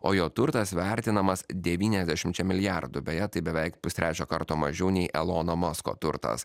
o jo turtas vertinamas devyniasdešimčia milijardų beje tai beveik pustrečio karto mažiau nei elono masko turtas